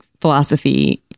philosophy